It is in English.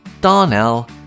Darnell